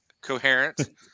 coherent